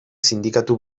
sindikatu